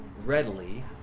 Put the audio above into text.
readily